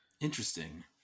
Interesting